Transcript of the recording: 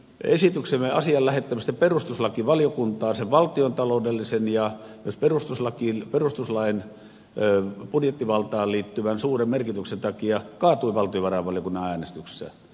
esityksemme asian lähettämisestä perustuslakivaliokuntaan sen valtiontaloudellisen ja myös perustuslain budjettivaltaan liittyvän suuren merkityksen takia kaatui valtiovarainvaliokunnan äänestyksessä